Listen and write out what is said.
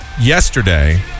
yesterday